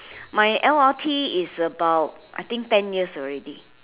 my l_r_t is about I think ten years already